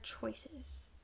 choices